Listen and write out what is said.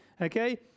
Okay